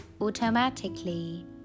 Automatically